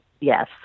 Yes